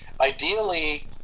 Ideally